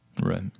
Right